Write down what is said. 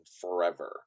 forever